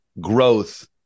growth